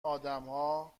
آدمها